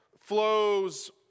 flows